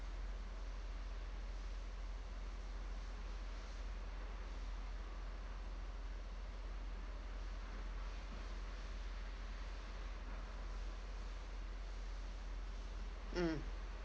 mm